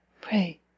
pray